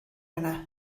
yna